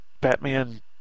Batman